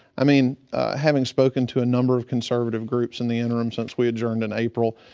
i mean having spoken to a number of conservative groups in the interim since we adjourned in april,